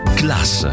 class